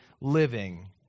living